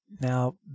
Now